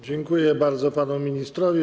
Dziękuję bardzo panu ministrowi.